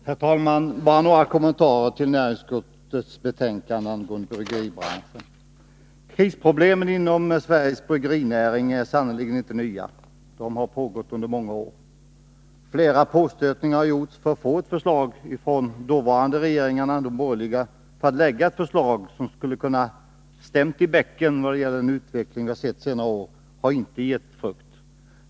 Herr talman! Jag skall bara göra några kommentarer till näringsutskottets betänkande angående bryggeribranschen. Krisproblemen inom Sveriges bryggerinäring är sannerligen inte nya; de har funnits under många år. Flera påstötningar har gjorts hos de dåvarande borgerliga regeringarna för att de skulle lägga fram ett förslag — så att man skulle kunna stämma i bäcken och slippa den utveckling som har skett under senare år. Men de påstötningarna har inte gett frukt.